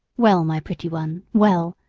well, my pretty one, well,